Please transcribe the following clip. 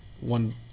one